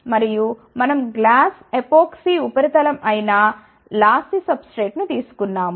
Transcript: మరియు మనం glass epoxy ఉపరితలం అయిన లాస్సీ సబ్స్ట్రేట్ను తీసుకున్నాము